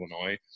Illinois